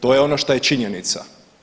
To je ono što je činjenica.